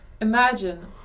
Imagine